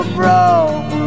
broke